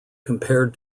compared